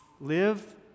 Live